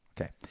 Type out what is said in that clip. Okay